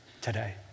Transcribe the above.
today